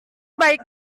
baik